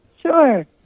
Sure